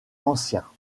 anciens